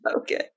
Okay